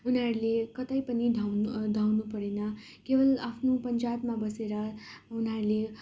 उनीहरू कतै पनि धाउनु धाउनु परेन केवल आफ्नो पञ्चायतमा बसेर उनीहरूले